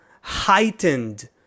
heightened